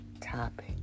topic